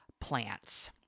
plants